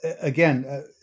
again